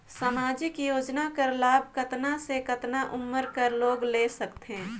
समाजिक योजना कर लाभ कतना से कतना उमर कर लोग ले सकथे?